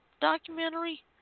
documentary